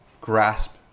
grasp